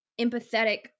empathetic